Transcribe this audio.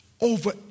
over